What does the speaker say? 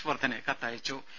ഹർഷവർധന് കത്തയച്ചു